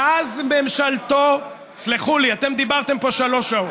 מאז ממשלתו, סלחו לי, אתם דיברתם פה שלוש שעות.